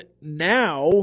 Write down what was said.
now